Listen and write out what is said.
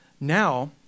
Now